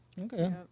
Okay